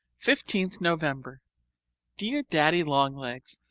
fifteenth november dear daddy-long-legs,